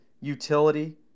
utility